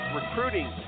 recruiting